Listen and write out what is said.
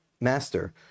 master